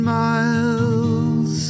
miles